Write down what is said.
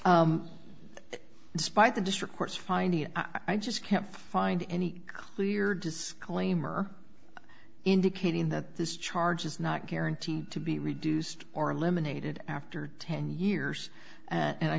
despite the district court's finding i just can't find any clear disclaimer indicating that this charge is not guaranteed to be reduced or eliminated after ten years and i